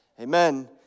amen